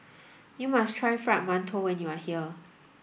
you must try fried mantou when you are here